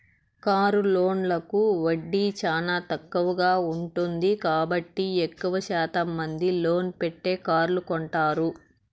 car లోన్లకు వడ్డీ చానా తక్కువగా ఉంటుంది కాబట్టి ఎక్కువ శాతం మంది లోన్ పెట్టే కార్లు కొంటారు